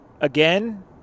again